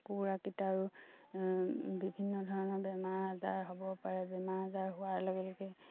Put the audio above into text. কুকুৰাকেইটাৰো বিভিন্ন ধৰণৰ বেমাৰ আজাৰ হ'ব পাৰে বেমাৰ আজাৰ হোৱাৰ লগে লগে